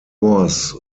was